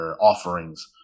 offerings